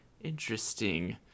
Interesting